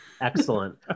Excellent